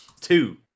Two